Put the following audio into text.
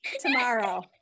tomorrow